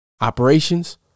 operations